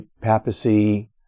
papacy